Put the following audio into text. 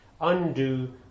undo